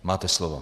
Máte slovo.